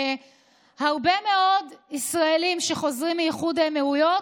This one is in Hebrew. הרבה מאוד ישראלים שחוזרים מאיחוד האמירויות